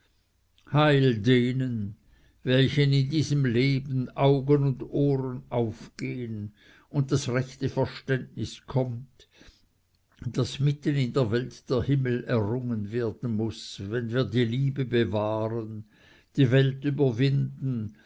heil denen welchen in diesem leben augen und ohren aufgehen und das rechte verständnis kommt daß mitten in der welt der himmel errungen werden muß wenn wir die liebe bewahren die welt überwinden